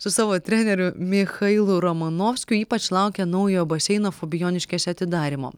su savo treneriu michailu romanovskiu ypač laukia naujo baseino fabijoniškėse atidarymo